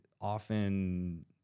often